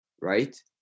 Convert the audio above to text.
right